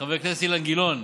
חבר הכנסת אילן גילאון,